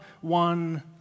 one